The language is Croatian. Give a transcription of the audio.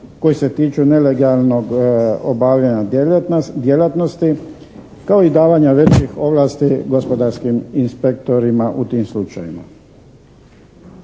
koji se tiču nelegijalnog obavljanja djelatnosti kao i davanja većih ovlasti gospodarskim inspektorima u tim slučajevima.